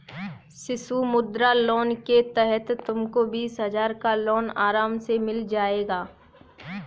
शिशु मुद्रा लोन के तहत तुमको बीस हजार का लोन आराम से मिल जाएगा